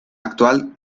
actual